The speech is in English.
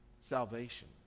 salvation